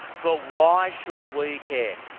but why should we care?